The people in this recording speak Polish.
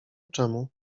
czemu